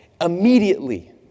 immediately